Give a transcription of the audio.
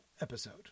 episode